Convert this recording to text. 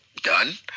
done